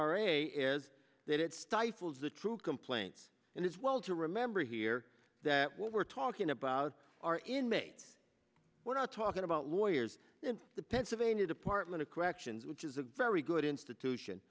are a is that it stifles the true complaint and it's well to remember here that what we're talking about are in may we're not talking about lawyers and the pennsylvania department of corrections which is a very good institution